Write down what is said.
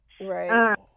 Right